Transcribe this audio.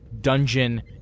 dungeon